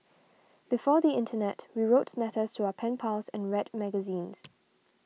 before the internet we wrote letters to our pen pals and read magazines